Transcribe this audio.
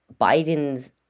Biden's